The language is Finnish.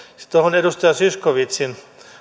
sitten tuohon edustaja zyskowiczin